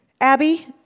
Abby